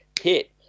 hit